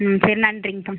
சரி நன்றிங்கப்பா